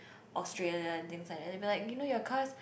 Australia and things like that and you know your car is